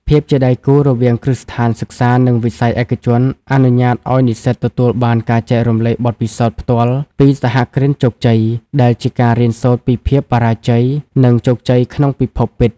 ភាពជាដៃគូរវាងគ្រឹះស្ថានសិក្សា និងវិស័យឯកជន អនុញ្ញាតឱ្យនិស្សិតទទួលបានការចែករំលែកបទពិសោធន៍ផ្ទាល់ពីសហគ្រិនជោគជ័យ ដែលជាការរៀនសូត្រពីភាពបរាជ័យ និងជោគជ័យក្នុងពិភពពិត។